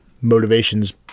motivations